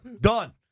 Done